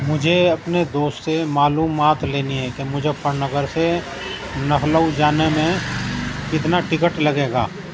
مجھے اپنے دوست سے معلومات لینی ہے کہ مظفر نگر سے لکھنئو جانے میں کتنا ٹکٹ لگے گا